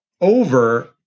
over